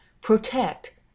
protect